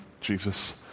Jesus